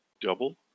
double